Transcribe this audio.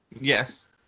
Yes